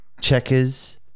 Checkers